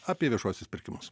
apie viešuosius pirkimus